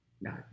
No